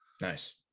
Nice